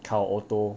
考 auto